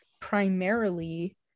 primarily